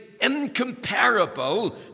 incomparable